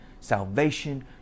salvation